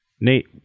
Nate